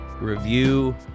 review